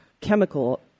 chemical